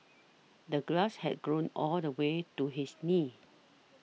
the grass had grown all the way to his knees